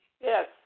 Yes